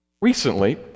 Recently